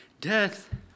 death